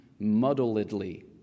muddledly